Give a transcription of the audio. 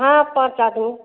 हाँ पाँच आदमी